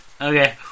Okay